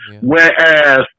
Whereas